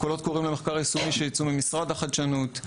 קולות קוראים למחקר יישומי שייצאו ממשרד החדשנות,